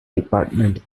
department